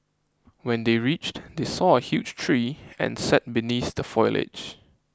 when they reached they saw a huge tree and sat beneath the foliage